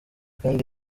kandi